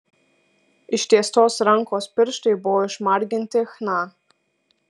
ištiestos rankos pirštai buvo išmarginti chna